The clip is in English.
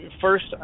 First